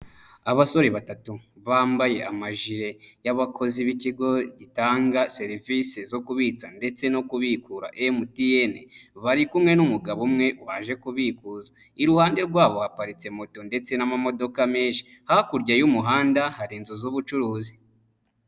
Abasore batatu bambaye amajire y'abakozi b'ikigo gitanga serivisi zo kubitsa ndetse no kubikura MTN, bari kumwe n'umugabo umwe waje kubikuza. Iruhande rwabo haparitse moto ndetse n'amamodoka menshi, hakurya y'umuhanda hari inzu z'ubucuruzi.